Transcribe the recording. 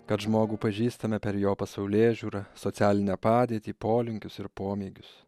kad žmogų pažįstame per jo pasaulėžiūrą socialinę padėtį polinkius ir pomėgius